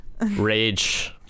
Rage